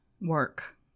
work